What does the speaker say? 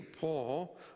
Paul